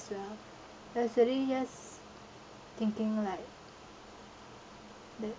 as well actually us thinking like